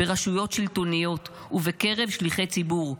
ברשויות שלטוניות ובקרב שליחי ציבור,